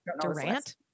Durant